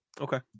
Okay